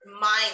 mind